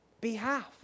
behalf